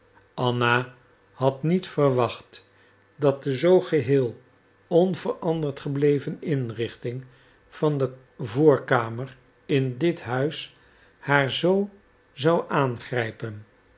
anna had niet verwacht dat de zoo geheel onveranderd gebleven inrichting van de voorkamer in dit huis haar z zou aangrijpen